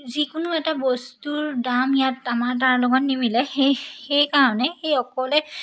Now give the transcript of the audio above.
যিকোনো এটা বস্তুৰ দাম ইয়াত আমাৰ তাৰ লগত নিমিলে সেই সেইকাৰণে সেই অকলে